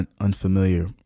unfamiliar